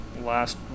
last